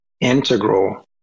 integral